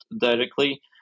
directly